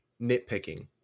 nitpicking